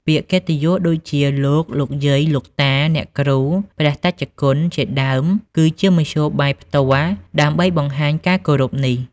ពាក្យកិត្តិយសដូចជា លោក លោកយាយ លោកតា អ្នកគ្រូ ព្រះតេជគុណ ជាដើម គឺជាមធ្យោបាយផ្ទាល់ដើម្បីបង្ហាញការគោរពនេះ។